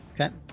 Okay